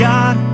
God